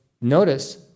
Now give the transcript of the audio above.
notice